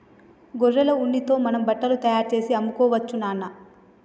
గొర్రెల ఉన్నితో మనం బట్టలు తయారుచేసి అమ్ముకోవచ్చు నాన్న